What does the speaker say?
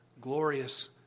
glorious